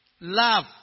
Love